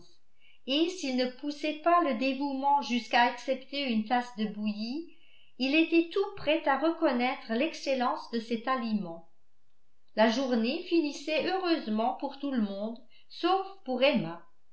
et s'il ne poussait pas le dévouement jusqu'à accepter une tasse de bouillie il était tout prêt à reconnaître l'excellence de cet aliment la journée finissait heureusement pour tout le monde sauf pour emma